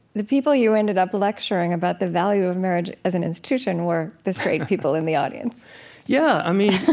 the people you ended up lecturing about the value of marriage as an institution we're the straight people in the audience yeah. i mean,